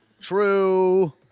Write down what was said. True